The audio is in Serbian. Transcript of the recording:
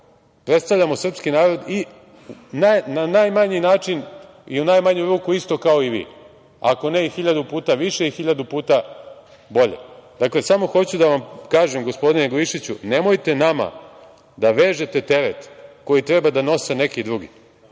Predstavljamo srpski narod i na najmanji način i u najmanju ruku isto kao i vi, ako ne i hiljadu puta više i hiljadu puta bolje. Dakle, samo hoću da vam kažem, gospodine Glišiću, nemojte nama da vežete teret koji treba da nose neki drugi,